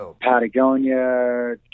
Patagonia